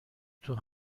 توی